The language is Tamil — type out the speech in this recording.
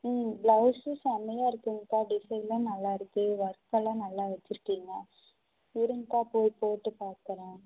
ம் ப்ளவுஸ்ஸு செம்மையாக இருக்குங்கக்கா டிசைன்லாம் நல்லாயிருக்கு ஒர்க்கெல்லாம் நல்லா வச்சுருக்கீங்க இருங்கக்கா போய் போட்டு பார்க்கறேன்